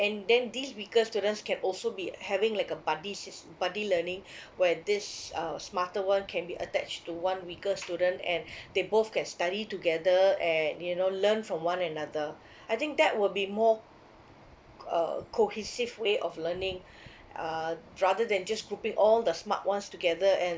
and then these weaker students can also be having like a buddy sys~ buddy learning where these uh smarter one can be attached to one weaker student and they both can study together and you know learn from one another I think that will be more uh cohesive way of learning uh rather than just grouping all the smart ones together and